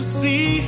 see